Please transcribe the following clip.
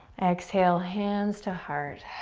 exhale, hands to heart.